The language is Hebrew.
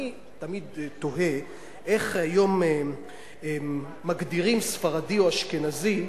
אני תמיד תוהה איך היום מגדירים ספרדי או אשכנזי.